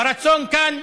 ורצון כאן,